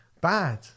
bad